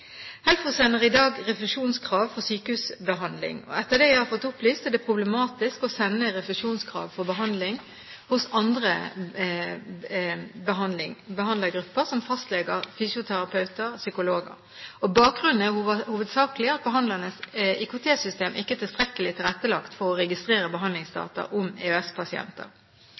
HELFO sender i dag refusjonskrav for sykehusbehandling. Etter det jeg har fått opplyst, er det problematisk å sende refusjonskrav for behandling hos andre behandlergrupper som fastleger, fysioterapeuter, psykologer. Bakgrunnen er hovedsakelig at behandlernes IKT-systemer ikke er tilstrekkelig tilrettelagt for å registrere behandlingsdata om